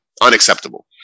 unacceptable